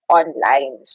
online